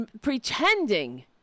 pretending